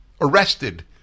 arrested